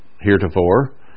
heretofore